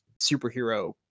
superhero